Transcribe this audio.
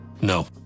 No